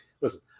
Listen